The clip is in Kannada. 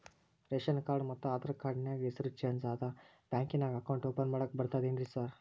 ರೇಶನ್ ಕಾರ್ಡ್ ಮತ್ತ ಆಧಾರ್ ಕಾರ್ಡ್ ನ್ಯಾಗ ಹೆಸರು ಚೇಂಜ್ ಅದಾ ಬ್ಯಾಂಕಿನ್ಯಾಗ ಅಕೌಂಟ್ ಓಪನ್ ಮಾಡಾಕ ಬರ್ತಾದೇನ್ರಿ ಸಾರ್?